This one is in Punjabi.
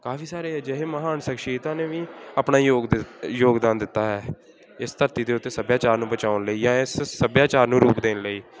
ਕਾਫੀ ਸਾਰੇ ਅਜਿਹੇ ਮਹਾਨ ਸ਼ਖਸ਼ੀਅਤਾਂ ਨੇ ਵੀ ਆਪਣਾ ਯੋਗ ਦੇ ਯੋਗਦਾਨ ਦਿੱਤਾ ਹੈ ਇਸ ਧਰਤੀ ਦੇ ਉੱਤੇ ਸੱਭਿਆਚਾਰ ਨੂੰ ਬਚਾਉਣ ਲਈ ਜਾਂ ਇਸ ਸੱਭਿਆਚਾਰ ਨੂੰ ਰੂਪ ਦੇਣ ਲਈ